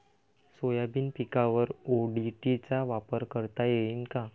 Soybean पिकावर ODT चा वापर करता येईन का?